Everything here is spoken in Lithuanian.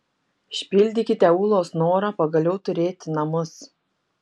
išpildykite ūlos norą pagaliau turėti namus